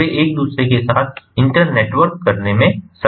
वे एक दूसरे के साथ इंटरनेटवर्क करने में सक्षम हैं